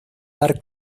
dar